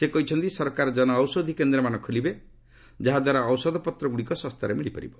ସେ କହିଛନ୍ତି ସରକାର ଜନଔଷଧୀ କେନ୍ଦ୍ରମାନ ଖୋଲିବେ ଯାହାଦ୍ୱାରା ଔଷଧପତ୍ରଗୁଡ଼ିକ ଶସ୍ତାରେ ମିଳିପାରିବ